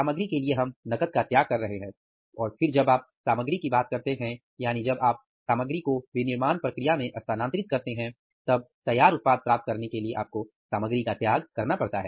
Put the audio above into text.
सामग्री के लिए हम नकद का त्याग कर रहे हैं और फिर जब आप सामग्री की बात करते हैं यानी जब आप सामग्री को विनिर्माण प्रक्रिया में स्थानांतरित करते हैं तब तैयार उत्पाद प्राप्त करने के लिए आपको सामग्री का त्याग करना पड़ता हैं